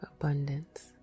abundance